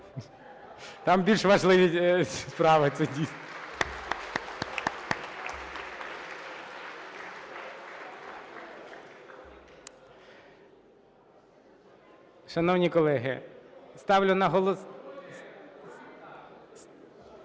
Там більш важливі справи